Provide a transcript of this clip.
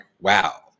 wow